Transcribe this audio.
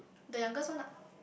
the youngest one ah